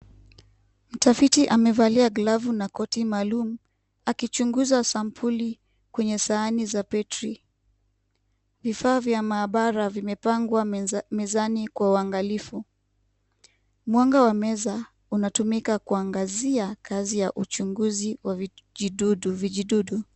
Mtafiti amevalia glavu na koti maalum akichunguza sampuli kwenye sahani za petri. Vifaa vya maabara vimepangwa mezani kwa uangalifu. Mwanga wa meza unatumika kuangazia kazi ya uchunguzi wa vijidudu.